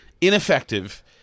Ineffective